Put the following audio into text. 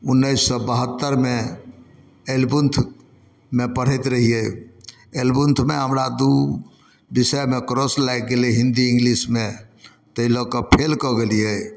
उन्नैस सए बहत्तरि मे एलेवेन्थमे पढ़ैत रहियै एलेवेन्थमे हमरा दू बिषयमे क्रॉस लागि गेलै हिन्दी इंग्लिशमे ताहि लऽ कऽ फेल कऽ गेलियै